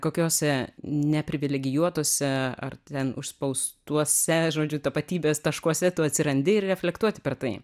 kokiose neprivilegijuotose ar ten užspaustuose žodžiu tapatybės taškuose tu atsirandi ir reflektuoti per tai